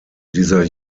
dieser